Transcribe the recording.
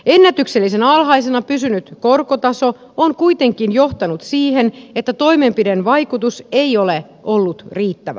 ennätyksellisen alhaisena pysynyt korkotaso on kuitenkin johtanut siihen että toimenpiteen vaikuttavuus ei ole ollut riittävä